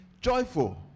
joyful